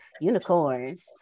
unicorns